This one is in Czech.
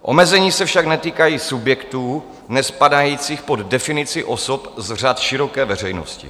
Omezení se však netýkají subjektů nespadajících pod definici osob z řad široké veřejnosti.